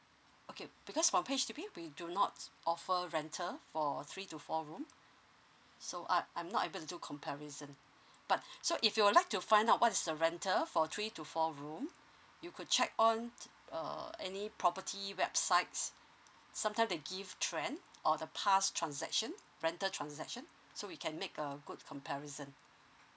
okay because for page H_ D_B we do not offer rental for three to four room so uh I'm not able to do comparison but so if you would like to find out what is the rental for three to four room you could check on uh any property websites sometime they give trend or the pass transaction rental transaction so we can make a a good comparison